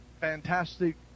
fantastic